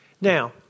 Now